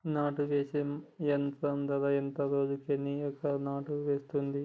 నాటు వేసే యంత్రం ధర ఎంత రోజుకి ఎన్ని ఎకరాలు నాటు వేస్తుంది?